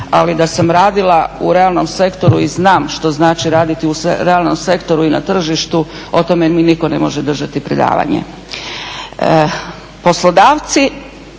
ali da sam radila u realnom sektoru i znam što znači raditi u realnom sektoru i na tržištu o tome mi nitko ne može držati predavanje.